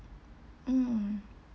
mm